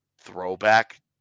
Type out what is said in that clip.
throwback